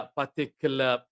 particular